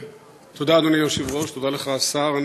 תודה, אדוני היושב-ראש, תודה לך, השר.